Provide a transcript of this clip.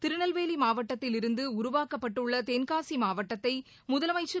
திருநெல்வேலி மாவட்டத்தில் இருந்து உருவாக்கப்பட்டுள்ள தென்காசி மாவட்டத்தை முதலமைச்சர்